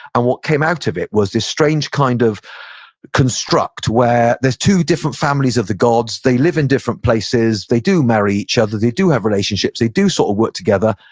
and what came out of it was this strange kind of construct where there's two different families of the gods, they live in different places, they do marry each other, they do have relationships, they do sort of work together,